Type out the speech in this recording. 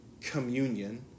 communion